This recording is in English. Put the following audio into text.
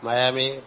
Miami